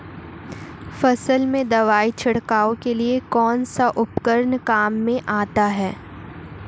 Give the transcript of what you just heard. फसल में दवाई छिड़काव के लिए कौनसा उपकरण काम में आता है?